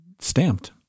stamped